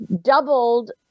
doubled